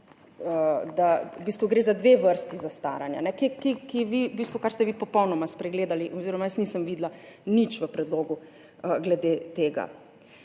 gre za dve vrsti zastaranja, kar ste vi popolnoma spregledali oziroma jaz nisem videla nič v predlogu glede tega.